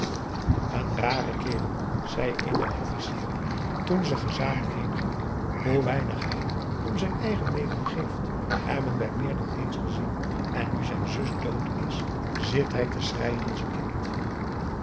n rare kerel zei een der officieren toen ze gezamenlijk heengingen hoe weinig hij om zijn eigen leven geeft hebben wij meer dan eens gezien en nu zijn zus dood is zit hij te schreien als een kind